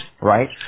Right